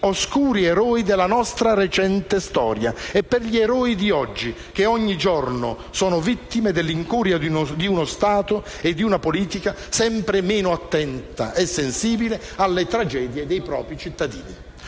oscuri eroi della nostra recente storia e per gli eroi di oggi, che ogni giorno sono vittime dell'incuria di uno Stato e di una politica sempre meno attenta e sensibile alle tragedie dei propri cittadini.